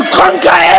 conquer